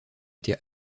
été